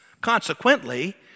consequently